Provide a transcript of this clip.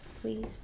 Please